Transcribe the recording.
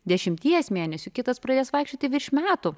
dešimties mėnesių kitas pradės vaikščioti virš metų